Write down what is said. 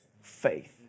faith